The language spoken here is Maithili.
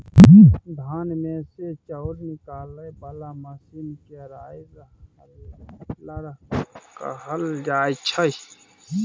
धान मे सँ चाउर निकालय बला मशीन केँ राइस हलर कहल जाइ छै